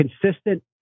consistent